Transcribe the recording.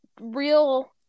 real